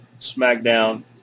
SmackDown